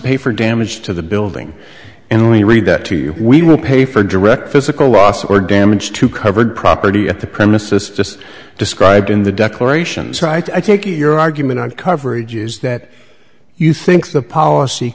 pay for damage to the building and when you read that too we will pay for direct physical loss or damage to covered property at the premises just described in the declaration so i take it your argument and coverage is that you think the policy